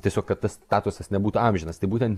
tiesiog kad tas statusas nebūtų amžinas tai būtent